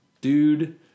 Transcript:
dude